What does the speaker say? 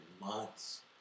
months